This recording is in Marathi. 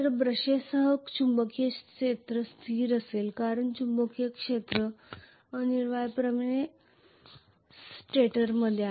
तर ब्रशेससह चुंबकीय क्षेत्र स्थिर असेल कारण चुंबकीय क्षेत्र अनिवार्यपणे स्टेटरमध्ये आहे